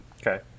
Okay